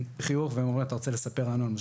כשעצור מולן בתחנת משטרה ולמחרת צריך להגיע לבית